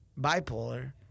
bipolar